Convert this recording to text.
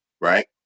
right